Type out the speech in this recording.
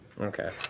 Okay